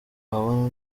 wabana